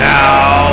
now